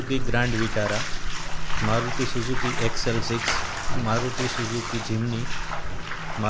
Mahendrasinh Dhoni Virat Kohli Yuvraj Sinh Rohit Sharma Shikhar Dhawan